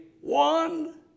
one